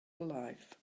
alive